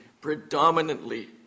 predominantly